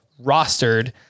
rostered